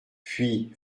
puis